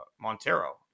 Montero